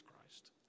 Christ